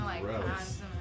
gross